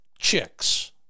chicks